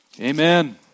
Amen